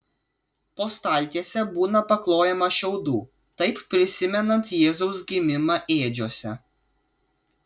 po staltiese būna paklojama šiaudų taip prisimenant jėzaus gimimą ėdžiose